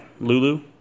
Lulu